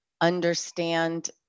understand